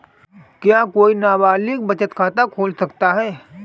क्या कोई नाबालिग बचत खाता खोल सकता है?